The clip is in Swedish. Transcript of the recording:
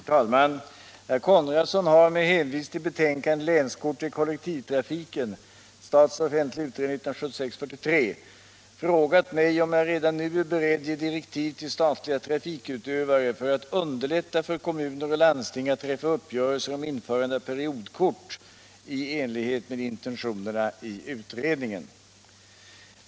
Herr talman! Herr Konradsson har —- med hänvisning till betänkandet Länskort i kollektivtrafiken — frågat mig om jag redan nu är beredd ge direktiv till statliga trafikutövare för att underlätta för kommuner och landsting att träffa uppgörelser om införande av periodkort i enlighet med intentionerna i utredningen.